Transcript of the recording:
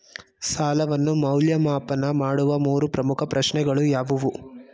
ಸಾಲವನ್ನು ಮೌಲ್ಯಮಾಪನ ಮಾಡುವ ಮೂರು ಪ್ರಮುಖ ಪ್ರಶ್ನೆಗಳು ಯಾವುವು?